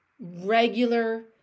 regular